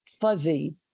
fuzzy